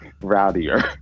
rowdier